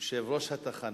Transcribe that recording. יושב-ראש התחנה,